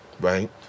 right